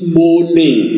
morning